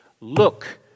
look